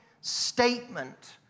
statement